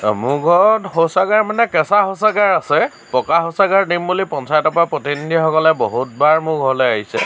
মোৰ ঘৰত শৌচাগাৰ মানে কেঁচা শৌচাগাৰ আছে পকা শৌচাগাৰ দিম বুলি পঞ্চায়তৰ পৰা প্ৰতিনিধিসকলে বহুতবাৰ মোৰ ঘৰলৈ আহিছে